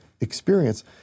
experience